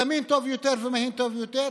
זמין יותר ומהיר יותר,